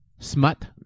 Smut